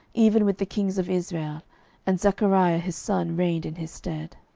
even with the kings of israel and zachariah his son reigned in his stead.